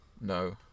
No